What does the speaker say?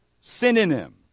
Synonym